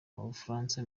mubufaransa